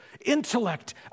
intellect